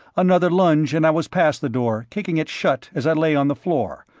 another lunge and i was past the door, kicking it shut as i lay on the floor,